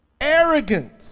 arrogant